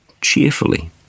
cheerfully